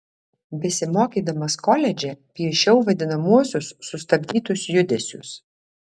besimokydamas koledže piešiau vadinamuosius sustabdytus judesius